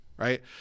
right